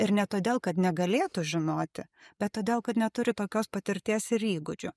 ir ne todėl kad negalėtų žinoti bet todėl kad neturi tokios patirties ir įgūdžių